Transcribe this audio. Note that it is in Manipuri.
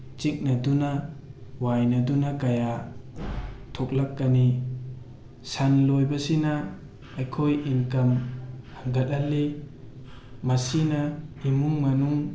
ꯆꯤꯛꯅꯗꯨꯅ ꯋꯥꯏꯅꯗꯨꯅ ꯀꯌꯥ ꯊꯣꯛꯂꯛꯀꯅꯤ ꯁꯟ ꯂꯣꯏꯕꯁꯤꯅ ꯑꯩꯈꯣꯏ ꯏꯟꯀꯝ ꯍꯦꯟꯒꯠꯍꯜꯂꯤ ꯃꯁꯤꯅ ꯏꯃꯨꯡ ꯃꯅꯨꯡ